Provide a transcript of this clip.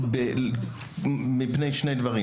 מבחינתי,